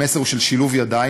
המסר הוא של שילוב ידיים,